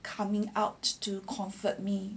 coming out to comfort me